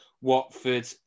Watford